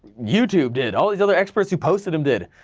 youtube did, all these other experts who posted them did.